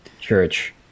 church